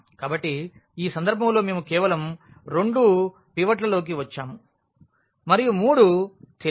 కాబట్టి ఈ సందర్భంలో మేము కేవలం రెండు పివట్లలోకి వచ్చాము మరియు మూడు తెలియనివి ఉన్నాయి